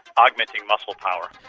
augmenting muscle power.